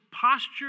posture